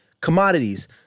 commodities